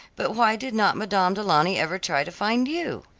but why did not madame du launy ever try to find you?